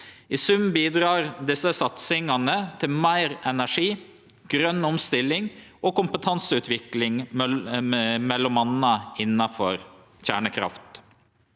I sum bidreg desse satsingane til meir energi, grøn omstilling og kompetanseutvikling m.a. innanfor kjernekraft.